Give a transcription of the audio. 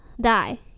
die